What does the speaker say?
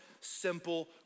simple